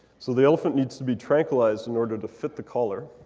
so the elephant needs to be tranquilized in order to fit the collar.